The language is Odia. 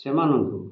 ସେମାନଙ୍କୁ